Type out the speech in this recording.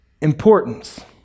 importance